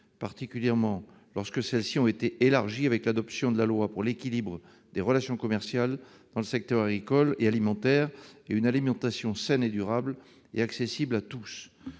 particulièrement lorsque celles-ci ont été élargies du fait de l'adoption de la loi pour l'équilibre des relations commerciales dans le secteur agricole et alimentaire et une alimentation saine, durable et accessible à tous.